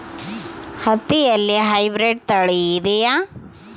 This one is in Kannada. ಹತ್ತಿಯಲ್ಲಿ ಹೈಬ್ರಿಡ್ ತಳಿ ಇದೆಯೇ?